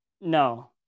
No